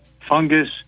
fungus